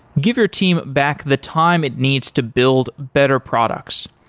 give your team back the time it needs to build better products.